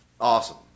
Awesome